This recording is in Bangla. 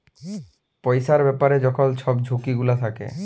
পইসার ব্যাপারে যখল ছব ঝুঁকি গুলা থ্যাকে